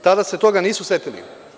Tada se toga nisu setili.